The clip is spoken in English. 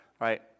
right